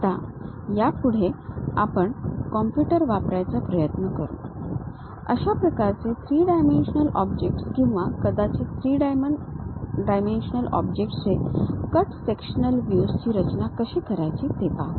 आता यापुढे आपण कॉम्प्युटर वापरण्याचा प्रयत्न करू अशा प्रकारचे 3 डायमेन्शनल ऑब्जेक्ट्स किंवा कदाचित 3 डायमेन्शनल ऑब्जेक्ट्स चे कट सेक्शनल व्ह्यूज ची रचना कशी करायची ते पाहू